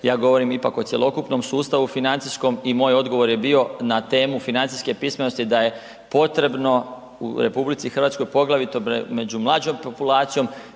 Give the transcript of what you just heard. ja govorim ipak o cjelokupnom sustavu financijskom i moja odgovor je bio na temu financijske pismenosti da je potrebno u RH, poglavito među mlađom populacijom